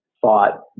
thought